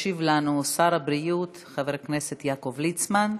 ישיב לנו שר הבריאות חבר הכנסת יעקב ליצמן,